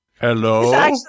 Hello